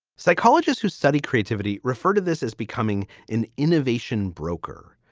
psychologists who study creativity refer to this as becoming an innovation broker,